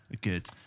Good